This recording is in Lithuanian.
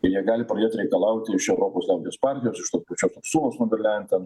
ir jie gali pradėt reikalauti iš europos sąjungos partijos iš tos pačios ursulos fon der layan